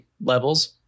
levels